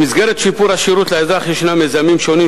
במסגרת שיפור השירות לאזרח ישנם מיזמים שונים,